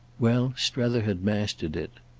well, strether had mastered it.